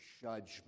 judgment